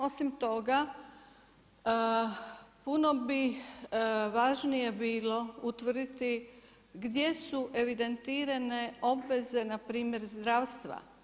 Osim toga puno bi važnije bilo utvrditi gdje su evidentirane obveze na primjer zdravstva.